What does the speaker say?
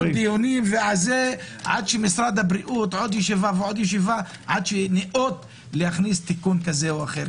עד שמשרד הבריאות נאות להכניס תיקון כזה או אחר.